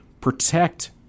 protect